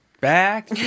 Back